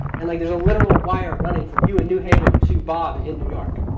and like there's a literal wire running from you in new haven to bob in new york.